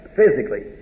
physically